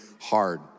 hard